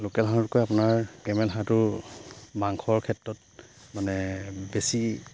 local হাঁহতকৈ আপোনাৰ Campbell হাঁহটো মাংসৰ ক্ষেত্ৰত মানে বেছি